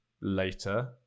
later